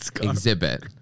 exhibit